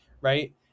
Right